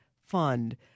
fund